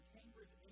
Cambridge